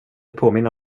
påminna